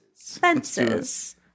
Fences